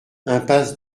impasse